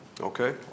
Okay